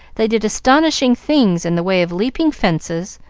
they did astonishing things in the way of leaping fences,